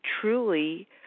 truly